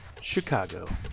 Chicago